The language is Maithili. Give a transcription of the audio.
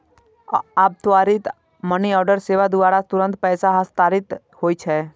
आब त्वरित मनीऑर्डर सेवा द्वारा तुरंत पैसा हस्तांतरित होइ छै